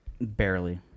Barely